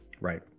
right